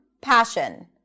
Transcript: passion